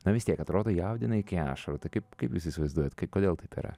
na vis tiek atrodo jaudina iki ašarų tai kaip kaip jūs įsivaizduojat kodėl taip yra